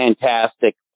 fantastic